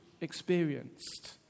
experienced